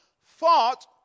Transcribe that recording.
fought